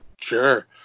sure